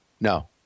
no